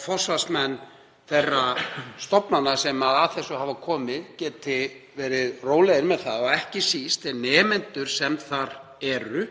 Forsvarsmenn þeirra stofnana sem að þessu hafa komið geti verið rólegir með það og ekki síst nemendurnir sem þar eru